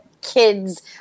kids